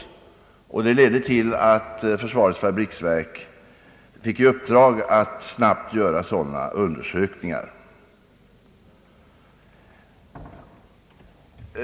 Detta ledde till att försvarets fabriksverk fick i uppdrag att snabbt undersöka denna fråga.